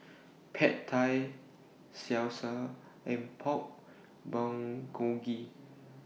Pad Thai Salsa and Pork Bulgogi